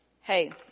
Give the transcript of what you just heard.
Hey